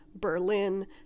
Berlin